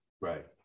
Right